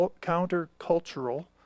counter-cultural